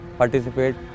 participate